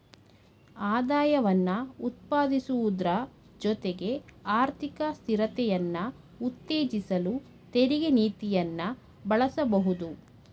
ಆದಾಯವನ್ನ ಉತ್ಪಾದಿಸುವುದ್ರ ಜೊತೆಗೆ ಆರ್ಥಿಕ ಸ್ಥಿರತೆಯನ್ನ ಉತ್ತೇಜಿಸಲು ತೆರಿಗೆ ನೀತಿಯನ್ನ ಬಳಸಬಹುದು